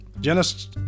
Genesis